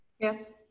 Yes